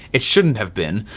it shouldn't have been.